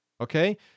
Okay